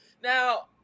now